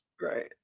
right